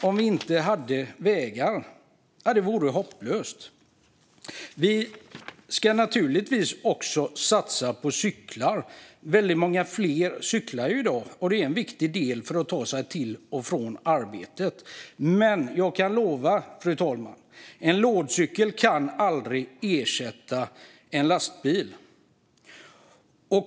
Om vi inte hade vägar vore det hopplöst. Vi ska naturligtvis också satsa på cyklar. Väldigt många fler cyklar i dag, och det är en viktig del för att ta sig till och från arbetet. Men jag kan lova, fru talman, att en lådcykel aldrig kan ersätta en lastbil.